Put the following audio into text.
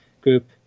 group